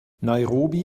nairobi